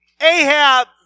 Ahab